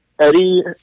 Eddie